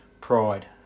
pride